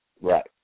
Right